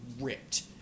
ripped